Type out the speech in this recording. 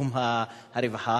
בתחום הרווחה.